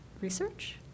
research